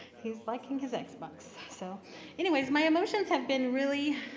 he's liking his xbox. so anyways, my emotions have been really